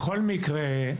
בכל מקרה,